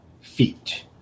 feet